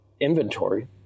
inventory